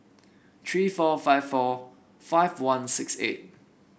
three four five four five one six eight